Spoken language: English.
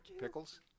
Pickles